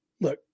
look